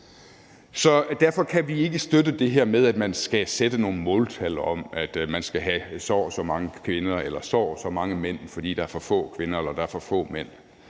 derfor kan vi ikke støtte det her med, at man skal sætte nogle måltal om, at man skal have så og så mange kvinder eller så og så mange mænd, fordi der er for få kvinder eller for få mænd.